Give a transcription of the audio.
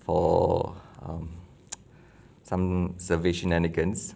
for um some surveillance evidence